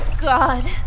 god